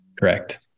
correct